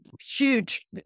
huge